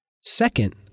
Second